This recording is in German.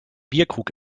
bierkrug